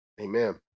Amen